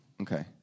Okay